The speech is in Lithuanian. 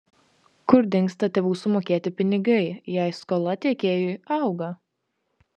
kur dingsta tėvų sumokėti pinigai jei skola tiekėjui auga